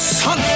son